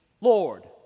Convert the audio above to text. Lord